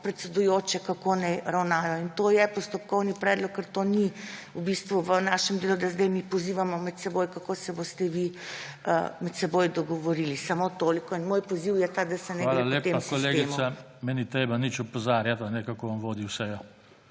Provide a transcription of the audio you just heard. predsedujoče, kako naj ravnajo. To je postopkovni predlog, ker to ni v našem delu, da zdaj mi pozivamo med seboj, kako se boste vi med seboj dogovorili. Samo toliko. Moj poziv je ta, da se ne gre po tem sistemu. PODPREDSEDNIK JOŽE TANKO: Hvala lepa, kolegica. Me ni treba nič opozarjati, kako bom vodil sejo.